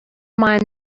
mind